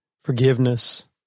forgiveness